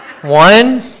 One